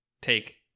take